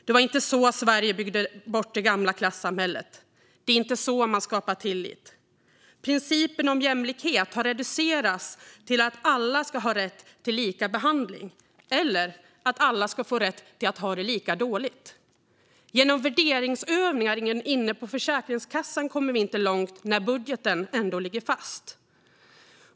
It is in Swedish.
Det var inte så Sverige byggde bort det gamla klassamhället. Det är inte så man skapar tillit. Principen om jämlikhet har reducerats till att alla ska ha rätt till lika behandling eller att alla ska ha rätt att ha det lika dåligt. Genom värderingsövningar inne på Försäkringskassan kommer vi inte långt när budgeten ändå ligger fast.